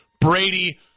Brady